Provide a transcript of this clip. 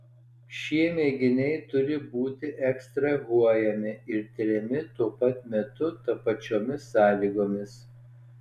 šie mėginiai turi būti ekstrahuojami ir tiriami tuo pat metu tapačiomis sąlygomis